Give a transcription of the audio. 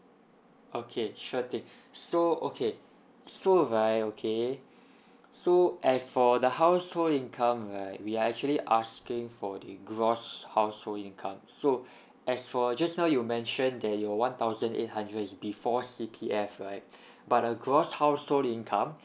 okay sure thing so okay so right okay so as for the household income right we are actually asking for the gross household income so as for just now you mention that your one thousand eight hundred is before C_P_F right but a gross household income